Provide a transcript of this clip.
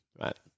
right